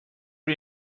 روی